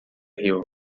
riu